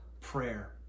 prayer